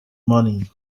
money